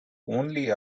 only